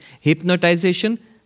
hypnotization